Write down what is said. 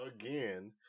again